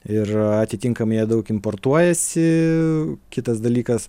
ir atitinkamai jie daug importuojasi kitas dalykas